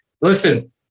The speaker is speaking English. listen